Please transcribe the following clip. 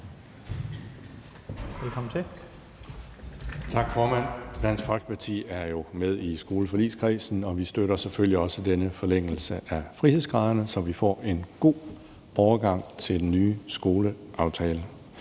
Ahrendtsen (DF): Tak, formand. Dansk Folkeparti er jo med i skoleforligskredsen, og vi støtter selvfølgelig også denne forlængelse af frihedsgraderne, så vi får en god overgang til den nye skoleaftale.